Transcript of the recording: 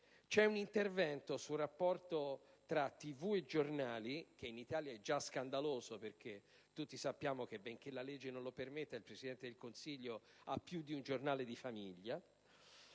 C'è un intervento sul rapporto fra TV e giornali (che in Italia è già scandaloso, perché tutti sappiamo che, benché la legge non lo permetta, il Presidente del Consiglio ha più di un giornale di famiglia)